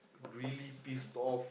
really pissed off